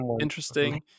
interesting